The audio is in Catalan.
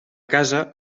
casa